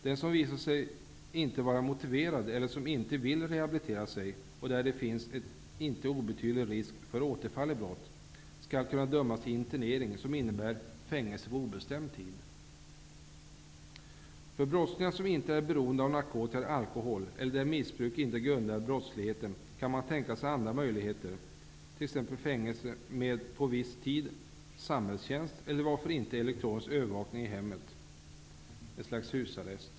Den som visar sig inte vara motiverad eller som inte vill rehabilitera sig och där det finns en inte obetydlig risk för återfall i brott skall kunna dömas till internering, som innebär fängelse på obestämd tid. För brottslingar som inte är beroende av narkotika eller alkohol eller när missbruk inte grundar brottsligheten kan man tänka sig andra möjligheter, t.ex. fängelse med på viss tid samhällstjänst. Eller varför inte elektronisk övervakning i hemmet, ett slags husarrest?